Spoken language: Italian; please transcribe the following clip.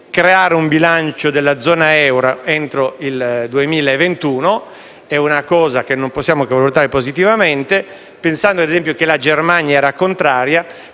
Creare un bilancio nella zona euro entro il 2021 è una cosa che non possiamo che valutare positivamente, pensando, ad esempio, che la Germania era contraria.